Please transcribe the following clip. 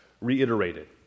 reiterated